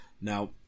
Now